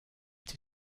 data